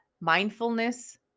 Mindfulness